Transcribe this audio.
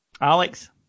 Alex